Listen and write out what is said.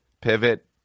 pivot